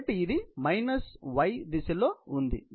కాబట్టి ఇది minus y దిశలో ఉంది